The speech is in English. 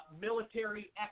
military